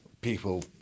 people